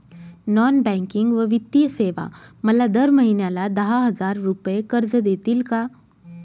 Non banking व वित्तीय सेवा मला दर महिन्याला दहा हजार रुपये कर्ज देतील का?